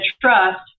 trust